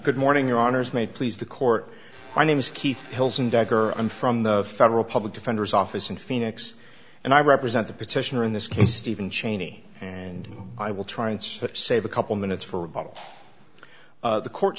good morning your honor is made please the court my name is keith hills and decker i'm from the federal public defender's office in phoenix and i represent the petitioner in this case stephen chaney and i will try and save a couple minutes for public the court